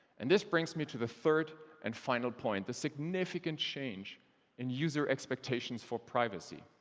and this brings me to the third and final point the significant change in user expectations for privacy.